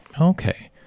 Okay